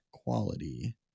quality